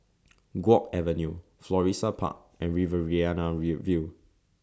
Guok Avenue Florissa Park and Riverina View View